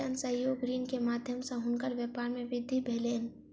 जन सहयोग ऋण के माध्यम सॅ हुनकर व्यापार मे वृद्धि भेलैन